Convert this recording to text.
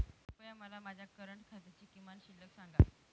कृपया मला माझ्या करंट खात्याची किमान शिल्लक सांगा